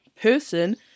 person